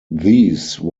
these